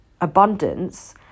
abundance